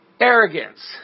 arrogance